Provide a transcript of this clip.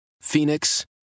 Phoenix